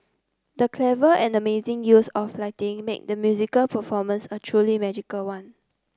the clever and amazing use of lighting made the musical performance a truly magical one